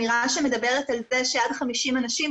שמדברת על זה שעד 50 אנשים,